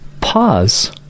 pause